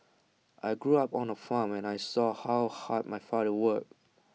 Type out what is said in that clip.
I grew up on A farm and I saw how hard my father worked